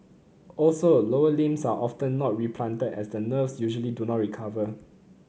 also lower limbs are often not replanted as the nerves usually do not recover